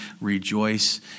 rejoice